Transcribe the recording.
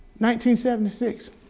1976